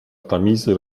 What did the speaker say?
tamizy